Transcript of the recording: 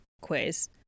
quiz